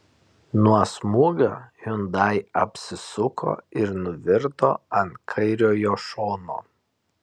nuo smūgio hyundai apsisuko ir nuvirto ant kairiojo šono